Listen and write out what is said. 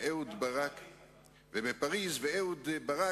גם בפריס אמרתי.